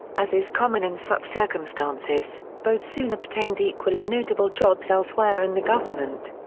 as is common in such circumstances, both soon obtained equally notable jobs elsewhere in the government.